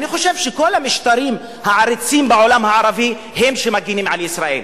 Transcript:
כל המשטרים העריצים בעולם הערבי הם שמגינים על ישראל.